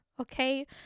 Okay